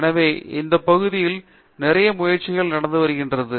எனவே அந்த பகுதியில் நிறைய முயற்சி நடந்து வருகிறது